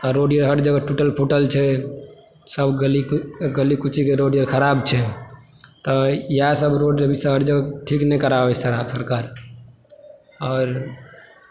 आ रोड हर जगह टुटल फुटल छै सब गली कुचीके रोड खराब छै तऽ इएह सब रोड अभी हर जगह ठीक नहि कराबैया सरकार आओर